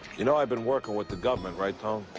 you know i've been working with the government, right, ton?